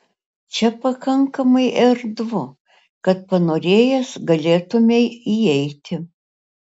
čia pakankamai erdvu kad panorėjęs galėtumei įeiti